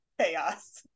Chaos